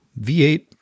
V8